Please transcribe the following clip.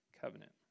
covenant